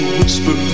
whisper